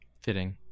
fitting